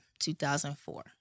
2004